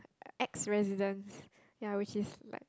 ex residence ya which is like